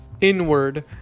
inward